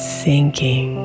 sinking